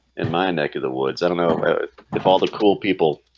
in my neck of the woods. i don't know if all the cool people